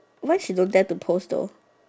why she don't dare to post though